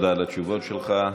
תודה על התשובות שלך.